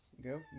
Go